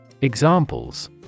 Examples